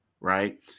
right